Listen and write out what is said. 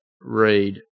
read